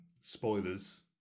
spoilers